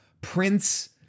Prince